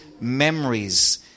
memories